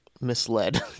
misled